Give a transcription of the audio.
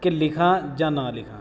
ਕਿ ਲਿਖਾ ਜਾਂ ਨਾ ਲਿਖਾ